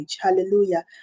Hallelujah